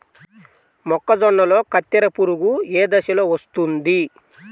మొక్కజొన్నలో కత్తెర పురుగు ఏ దశలో వస్తుంది?